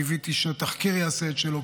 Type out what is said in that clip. קיוויתי שהתחקיר יעשה את שלו.